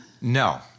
No